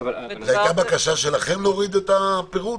זאת הייתה בקשה שלכם להוריד את הפירוט?